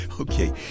Okay